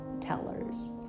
tellers